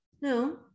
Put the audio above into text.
No